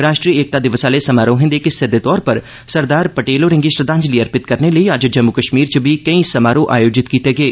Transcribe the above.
राष्ट्री एकता दिवस आह्ले समारोहें दे इक हिस्से दे तौर उप्पर सरदार पटेल होरेंगी श्रद्वांजलि अर्पित करने लेई अज्ज जम्मू कश्मीर च बी केई समारोह आयोजित कीते गे